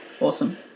Awesome